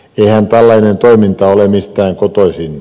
eihän tällainen toiminta ole mistään kotoisin